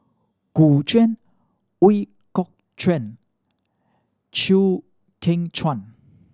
Gu Juan Ooi Kok Chuen Chew Kheng Chuan